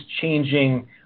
changing